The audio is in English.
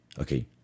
okay